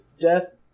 death